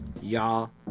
Y'all